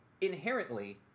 inherently